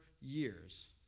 years